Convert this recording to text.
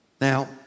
Now